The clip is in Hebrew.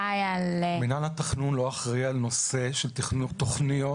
מנהל התכנון לא אחראי על נושא של תוכניות שקשורות?